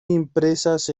impresas